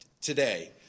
today